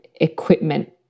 equipment